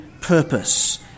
purpose